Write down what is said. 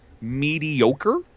mediocre